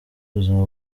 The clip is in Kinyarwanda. buzima